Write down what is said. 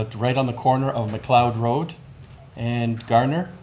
ah right on the corner of mcleod road and garner